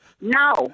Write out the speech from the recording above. No